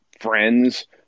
friends